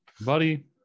Buddy